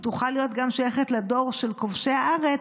היא תוכל להיות גם שייכת לדור של כובשי הארץ,